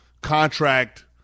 contract